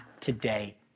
today